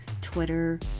Twitter